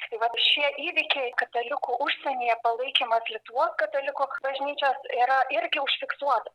tai vat šie įvykiai katalikų užsienyje palaikymas lietuvos katalikų bažnyčios yra irgi užfiksuota